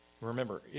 Remember